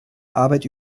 arbeit